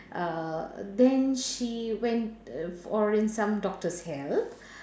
uh then she went for i~ some doctor's help